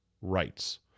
rights